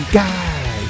guy